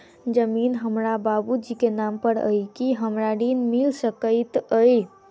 जमीन हमरा बाबूजी केँ नाम पर अई की हमरा ऋण मिल सकैत अई?